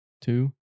Two